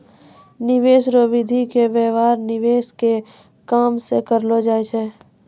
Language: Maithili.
निवेश रो विधि के व्यवहार निवेश के काम मे करलौ जाय छै